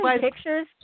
pictures